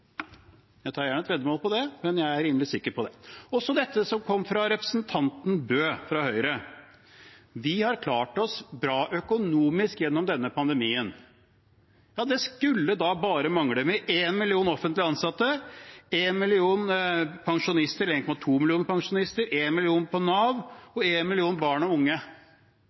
Jeg tar gjerne et veddemål om det, men jeg er rimelig sikker på det. Og så det som kom fra representanten Bøe fra Høyre: Vi har klart oss bra økonomisk gjennom denne pandemien. Ja, det skulle bare mangle med 1 million offentlig ansatte, 1,2 millioner pensjonister, 1 million på Nav og 1 million barn og unge.